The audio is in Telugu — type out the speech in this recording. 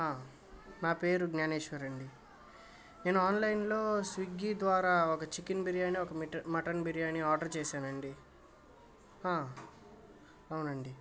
నా పేరు జ్ఞానేశ్వర్ అండి నేను ఆన్లైన్లో స్విగ్గి ద్వారా ఒక చికెన్ బిర్యాని ఒక మట మటన్ బిర్యానీ ఆర్డర్ చేశానండి అవునండి